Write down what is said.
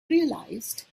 realized